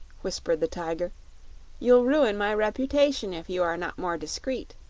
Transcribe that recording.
whispered the tiger you'll ruin my reputation if you are not more discreet.